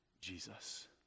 Jesus